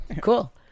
Cool